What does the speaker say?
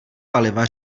paliva